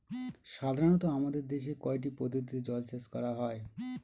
সাধারনত আমাদের দেশে কয়টি পদ্ধতিতে জলসেচ করা হয়?